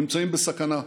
נמצאים בסכנה,